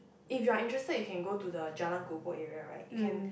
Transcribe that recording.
if you're interested you can go to the Jalan-Kukoh area right you can